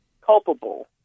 culpable